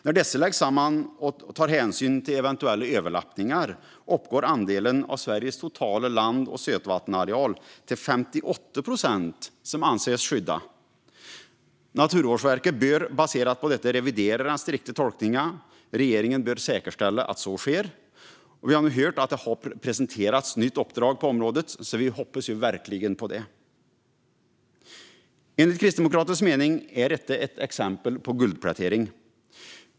När dessa läggs samman och tar hänsyn till eventuella överlappningar uppgår andelen skyddad areal av Sveriges totala land och sötvattensareal till 58 procent. Naturvårdsverket bör baserat på detta revidera den strikta tolkningen. Regeringen bör säkerställa att så sker. Vi har nu fått höra att ett nytt uppdrag på området har presenterats. Vi hoppas verkligen på det. Enligt Kristdemokraterna är det här ett exempel på guldplätering.